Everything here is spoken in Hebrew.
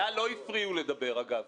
לה לא הפריעו לדבר, אגב,